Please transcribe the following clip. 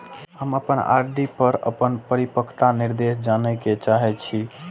हम अपन आर.डी पर अपन परिपक्वता निर्देश जाने के चाहि छी